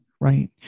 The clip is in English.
Right